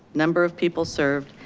number of people served,